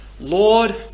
Lord